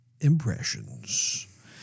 Impressions